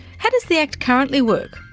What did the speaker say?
how does the act currently work?